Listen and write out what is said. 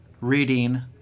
reading